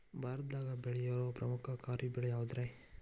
ಭಾರತದಾಗ ಬೆಳೆಯೋ ಪ್ರಮುಖ ಖಾರಿಫ್ ಬೆಳೆ ಯಾವುದ್ರೇ?